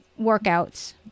workouts